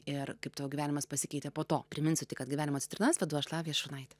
ir kaip tavo gyvenimas pasikeitė po to priminsiu tik kad gyvenimo citrinasvedu aš lavija šurnaitė